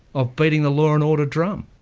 of beating the law and order drum.